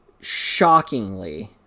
shockingly